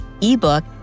ebook